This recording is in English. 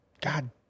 God